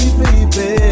baby